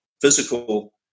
physical